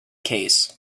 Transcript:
case